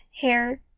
hair